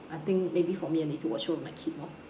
I think maybe for me I need to watch over my kid lor